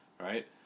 right